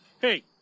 Hey